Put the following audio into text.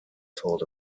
told